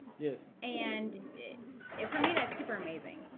yes, and if for me, that's super amazing